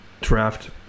draft